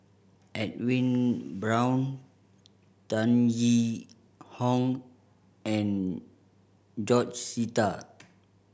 Edwin Brown Tan Yee Hong and George Sita